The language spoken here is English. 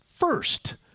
First